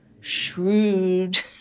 shrewd